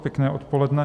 Pěkné odpoledne.